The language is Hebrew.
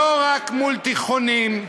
לא רק מול תיכונים,